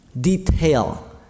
detail